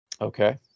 Okay